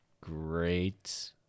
great